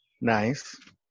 Nice